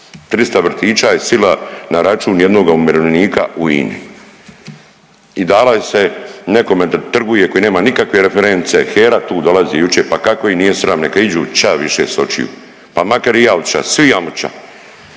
300 vrtića je sila na račun jednog umirovljenika u INA-i i dala se nekome da trguje koji nema nikakve reference, HERA tu dolazi jučer, pa kako ih nije sram, neka iđu ča više s očiju. Pa makar i ja otiša, svi, ajmo ča.